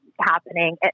happening